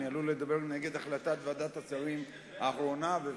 אני עלול לדבר נגד החלטת ועדת השרים לחקיקה האחרונה.